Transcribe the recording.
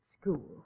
school